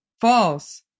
false